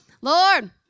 Lord